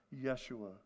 Yeshua